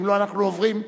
אם לא אנחנו עוברים,